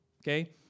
Okay